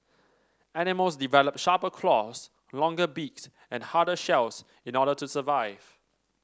animals develop sharper claws longer beaks and harder shells in the order to survive